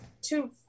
two